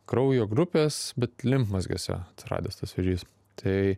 kraujo grupės bet limfmazgiuose atsiradęs tas vėžys tai